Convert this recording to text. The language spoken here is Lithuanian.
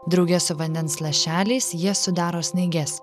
drauge su vandens lašeliais jie sudaro snaiges